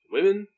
Women